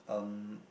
um